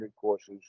courses